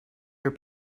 your